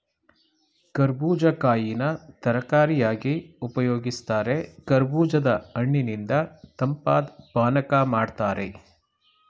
ಕರ್ಬೂಜ ಕಾಯಿನ ತರಕಾರಿಯಾಗಿ ಉಪಯೋಗಿಸ್ತಾರೆ ಕರ್ಬೂಜದ ಹಣ್ಣಿನಿಂದ ತಂಪಾದ್ ಪಾನಕ ಮಾಡ್ತಾರೆ